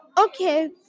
Okay